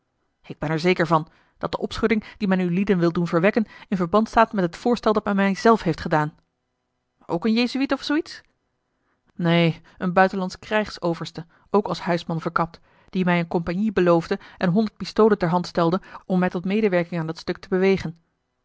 ik ben er zeker van dat de opschudding die men ulieden wil doen verwekken in verband staat met het voorstel dat men mij zelf heeft gedaan ook een jezuïet of zoo iets neen een buitenlandsch krijgsoverste ook als huisman verkapt die mij eene compagnie beloofde en honderd pistolen ter hand stelde om mij tot medewerking aan dat stuk te bewegen